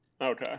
Okay